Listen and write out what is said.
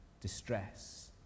distress